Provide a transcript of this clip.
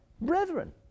brethren